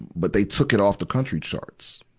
but they took it off the country charts,